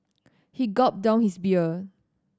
he gulped down his beer